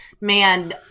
man